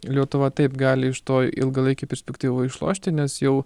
lietuva taip gali iš to ilgalaikėj perspektyvoj išlošti nes jau